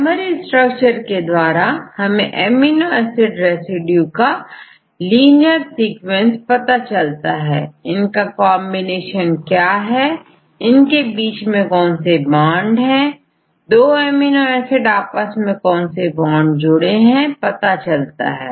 primary structure के द्वारा हमें एमिनो एसिड रेसिड्यू का लीनियर सीक्वेंस पता चलता है इनका कांबिनेशन क्या है इन के बीच में कौन से ब्रांड है 2 अमीनो एसिड आपस में कौन से बॉन्ड से जुड़े हैं पता चलता है